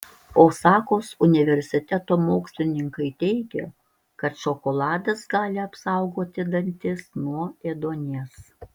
osakos universiteto mokslininkai teigia kad šokoladas gali apsaugoti dantis nuo ėduonies